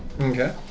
Okay